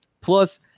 plus